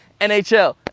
NHL